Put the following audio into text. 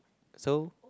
so